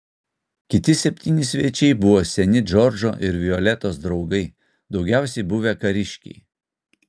kiti septyni svečiai buvo seni džordžo ir violetos draugai daugiausiai buvę kariškiai